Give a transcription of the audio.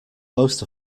most